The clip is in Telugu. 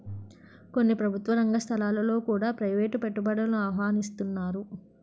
కొన్ని ప్రభుత్వ రంగ సంస్థలలో కూడా ప్రైవేటు పెట్టుబడులను ఆహ్వానిస్తన్నారు